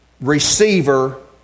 receiver